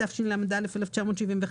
התשל"א-1971,